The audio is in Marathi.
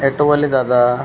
ॲटोवाले दादा